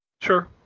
Sure